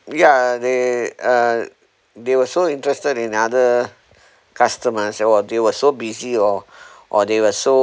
yeah they uh they were so interested in other customers they were until so busy or or they were so